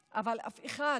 לאורך כל הדרך,